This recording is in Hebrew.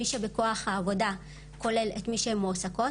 מי שבכוח העבודה כולל את מי שהן מועסקות,